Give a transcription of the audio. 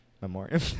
Memorial